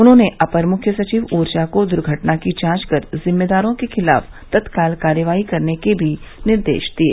उन्होंने अपर मुख्य सचिव ऊर्जा को दुर्घटना की जांच कर जिम्मेदारों के खिलाफ तत्काल कार्रवाई करने के भी निर्देश दिए